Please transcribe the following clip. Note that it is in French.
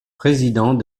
président